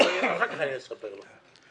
אחר כך אני אספר לך.